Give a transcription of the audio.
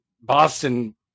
Boston